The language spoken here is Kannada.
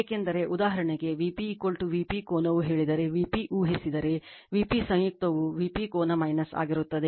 ಏಕೆಂದರೆ ಉದಾಹರಣೆಗೆ Vp Vp ಕೋನವು ಹೇಳಿದರೆ Vp ಊಹಿಸಿದರೆ Vp ಸಂಯುಕ್ತವು Vp ಕೋನ ಆಗಿರುತ್ತದೆ